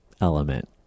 element